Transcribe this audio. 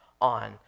on